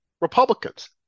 Republicans